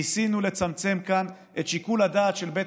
ניסינו לצמצם כאן את שיקול הדעת של בית